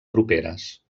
properes